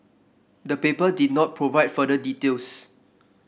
the paper did not provide further details